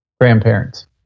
grandparents